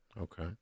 Okay